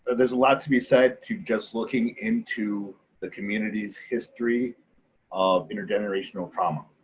there's a lot to be said to just looking into the community's history of intergenerational trauma,